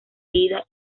ida